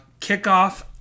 kickoff